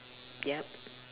yup